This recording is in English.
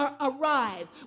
arrive